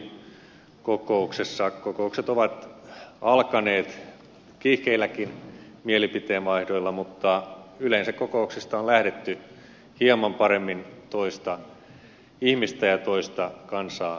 monet etyjin kokoukset ovat alkaneet kiihkeilläkin mielipiteen vaihdoilla mutta yleensä kokouksista on lähdetty hieman paremmin toista ihmistä ja toista kansaa ymmärtäen